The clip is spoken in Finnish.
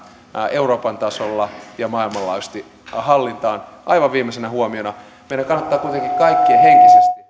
euroopan tasolla ja maailmanlaajuisesti hallintaan aivan viimeisenä huomiona meidän kannattaa kuitenkin kaikkien henkisesti